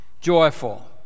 joyful